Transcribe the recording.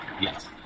yes